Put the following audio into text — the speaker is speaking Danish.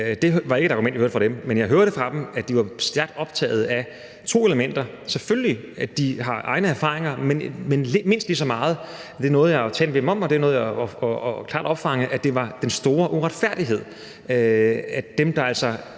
var et argument fra dem, men jeg hørte også fra dem, at de var stærkt optaget af to elementer. Selvfølgelig har de egne erfaringer, men det var mindst lige så meget – og det nåede jeg at tale med dem om, og det nåede jeg klart at opfange – at det var den store uretfærdighed, at dem, der altså